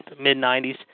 mid-90s